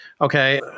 Okay